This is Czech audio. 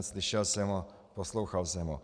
Slyšel jsem ho, poslouchal jsem ho.